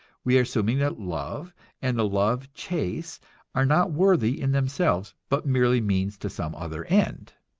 we are assuming that love and the love chase are not worthy in themselves, but merely means to some other end.